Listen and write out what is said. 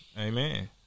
Amen